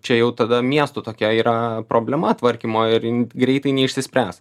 čia jau tada miesto tokia yra problema tvarkymo ir greitai neišsispręs